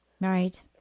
Right